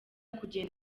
kugenda